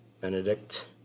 Benedict